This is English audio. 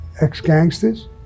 ex-gangsters